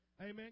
Amen